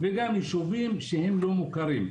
וגם יישובים שהם לא מוכרים.